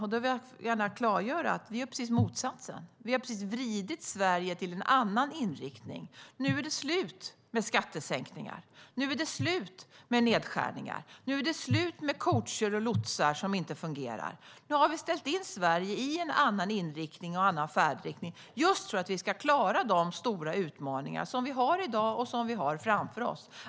Jag vill gärna klargöra att vi gör precis motsatsen. Vi har precis vridit Sverige till en annan inriktning. Nu är det slut med skattesänkningar. Nu är det slut med nedskärningar. Nu är det slut med coacher och lotsar som inte fungerar. Nu har vi ställt in Sverige i en annan inriktning och en annan färdriktning just för att vi ska klara de stora utmaningar som vi har i dag och som vi har framför oss.